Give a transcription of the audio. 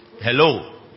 Hello